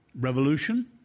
Revolution